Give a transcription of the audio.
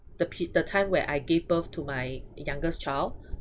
the pe~ the time where I gave birth to my youngest child